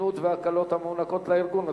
חסינויות והקלות המוענקות לארגון,